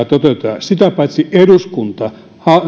toteutetaan sitä paitsi eduskunta